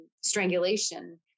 strangulation